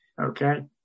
Okay